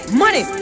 money